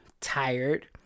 tired